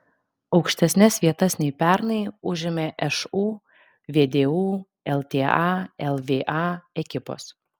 aukštesnes vietas nei pernai užėmė šu vdu lta lva ekipos